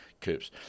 Coops